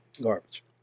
Garbage